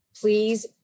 please